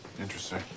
interesting